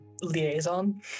liaison